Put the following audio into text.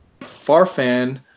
Farfan